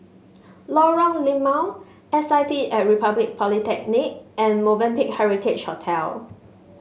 Lorong Limau S I T at Republic Polytechnic and Movenpick Heritage Hotel